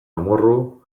amorru